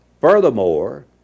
Furthermore